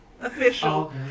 official